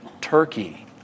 Turkey